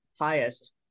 highest